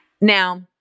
Now